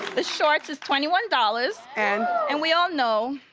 the shorts is twenty one dollars. and and we all know,